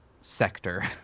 sector